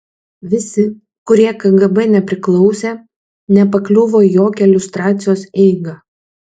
visi kurie kgb nepriklausė nepakliuvo į jokią liustracijos eigą